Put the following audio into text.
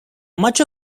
much